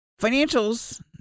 Financials